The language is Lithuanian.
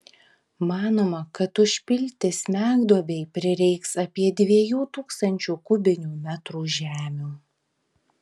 manoma kad užpilti smegduobei prireiks apie dviejų tūkstančių kubinių metrų žemių